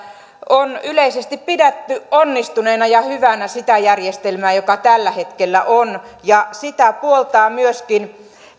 on yleisesti pidetty onnistuneena ja hyvänä sitä järjestelmää joka tällä hetkellä on sitä puoltavat myöskin ne